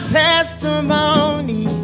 testimony